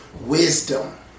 wisdom